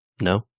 No